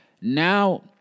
Now